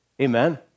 amen